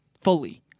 fully